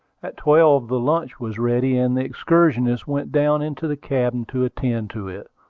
at twelve the lunch was ready, and the excursionists went down into the cabin to attend to it,